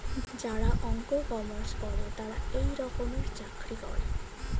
যারা অঙ্ক, কমার্স পরে তারা এই রকমের চাকরি করে